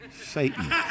Satan